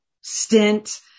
stint